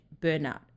burnout